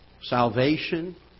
Salvation